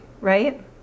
right